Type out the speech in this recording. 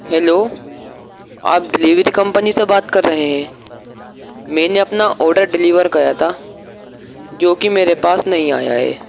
hello آپ delivery company سے بات کر رہے ہیں میں نے اپنا آرڈر ڈیلیور کرا تھا جو کہ میرے پاس نہیں آیا ہے